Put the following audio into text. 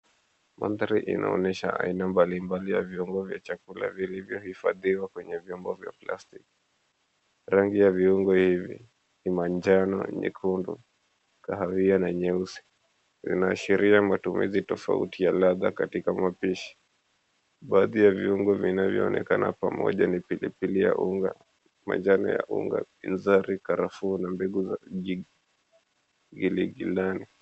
Mandhari inaonyesha viungo mbalimbali ya vyungo vya chakula vilivyohifadhiwa kwenye vyombo vya plastiki. Rangi ya viungo hivi ni manjano, nyekundu, kahawia na nyeusi. Linaashiria matumizi tofauti katika ladha katika mapishi. Baadhi ya viungo vinavyo onekana pamoja ni pilipili ya unga, majani ya unga, binzari, karafuu na mbegu za jigi giligi ndani.